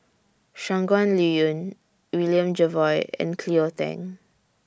Shangguan Liuyun William Jervois and Cleo Thang